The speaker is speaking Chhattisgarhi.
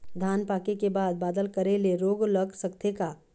धान पाके के बाद बादल करे ले रोग लग सकथे का?